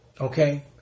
Okay